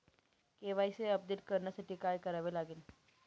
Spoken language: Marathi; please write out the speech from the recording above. के.वाय.सी अपडेट करण्यासाठी काय करावे लागेल?